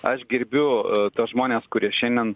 aš gerbiu tuos žmones kurie šiandien